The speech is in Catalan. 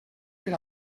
per